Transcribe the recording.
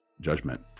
judgment